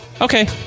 okay